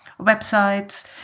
websites